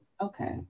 okay